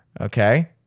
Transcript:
Okay